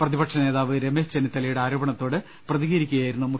പ്രതിപക്ഷ നേതാവ് രമേശ് ചെന്നിത്തലയുടെ ആരോപണത്തോട് പ്രതികരിക്കുകയായിരുന്നു മുഖ്യമന്ത്രി